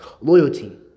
Loyalty